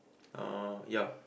uh ya